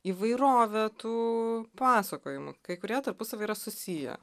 įvairovė tų pasakojimų kai kurie tarpusavy yra susiję